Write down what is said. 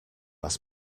ask